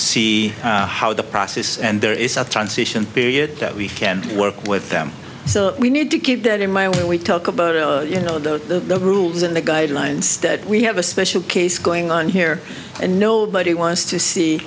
see how the process and there is a transition period that we can work with them so we need to keep that in mind when we talk about you know the rules and the guidelines that we have a special case going on here and nobody wants to see